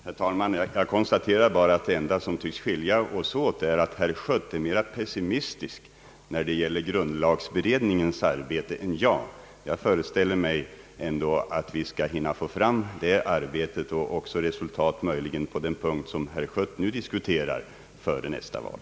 Herr talman! Jag konstaterar bara att det enda som tycks skilja oss åt är att herr Schött är mera pessimistisk än jag när det gäller grundlagberedningens arbete. Jag föreställer mig ändå att vi skall hinna få fram detta arbete och också uppnå resultat på den punkt, som herr Schött nu diskuterar, före nästa val.